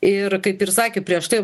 ir kaip ir sakė prieš tai